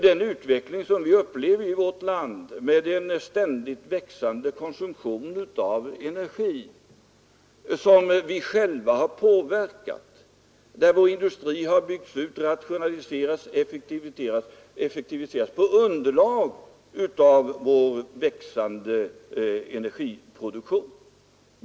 Den utveckling som vi upplever i vårt land, med en ständigt växande konsumtion av energi, har vi själva påverkat; och vår industri har byggts ut, rationaliserats och effektiviserats med vår växande energiproduktion som underlag.